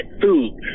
food